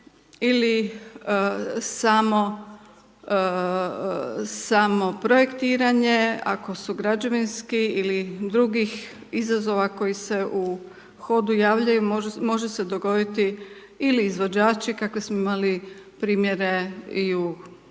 ili samo projektiranje ako su građevinski ili drugih izazova koji se u hodu javljaju može se dogoditi ili izvođači kako smo imali primjere i u mom